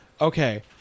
okay